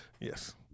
Yes